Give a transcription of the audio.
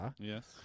yes